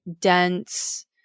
dense